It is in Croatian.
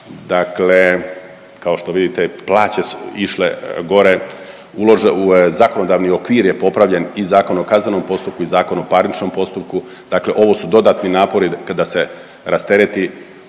Dakle, kao što vidite plaće su išle gore, zakonodavni okvir je popravljen i Zakon o kaznenom postupku i Zakon o parničnom postupku. Dakle, ovo su dodatni napori da se rastereti